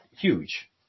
huge